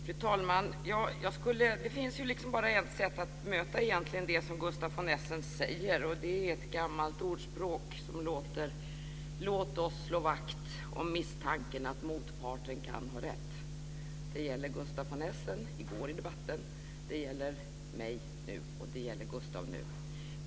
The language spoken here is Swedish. Fru talman! Det finns bara ett sätt att möta det som Gustaf von Essen säger. Det är ett gammalt ordspråk: Låt oss slå vakt om misstanken att motparten kan ha rätt. Det gällde Gustaf von Essen i debatten i går, det gäller mig och Gustaf nu.